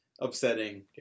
upsetting